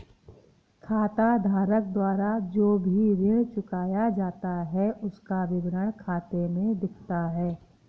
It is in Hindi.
खाताधारक द्वारा जो भी ऋण चुकाया जाता है उसका विवरण खाते में दिखता है